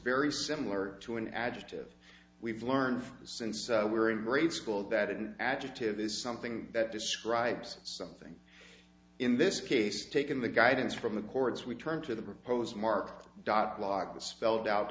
very similar to an adjective we've learned since we were in grade school that an adjective is something that describes something in this case taken the guidance from the courts we turn to the proposed mark dot block the spelled out